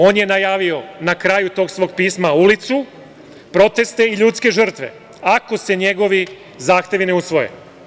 On je najavio na kraju tog svog pisma ulicu, proteste i ljudske žrtve ako se njegovi zahtevi ne usvoje.